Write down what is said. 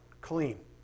clean